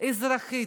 אזרחית,